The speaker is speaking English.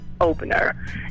opener